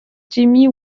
jimmy